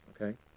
okay